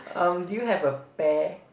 (um)do you have a pear